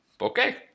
okay